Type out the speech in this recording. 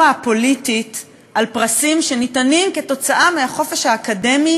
הפוליטית על פרסים שניתנים כתוצאה מהחופש האקדמי